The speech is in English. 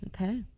okay